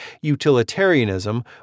utilitarianism